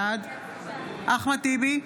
בעד אחמד טיבי,